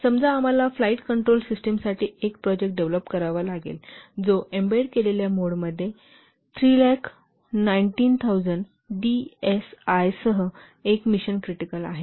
समजा आम्हाला flight control सिस्टमसाठी एक प्रोजेक्ट डेव्हलोप करावा लागेल जो एम्बेड मोडमध्ये 319000 डीएसआय सह एक मिशन क्रिटिकल आहे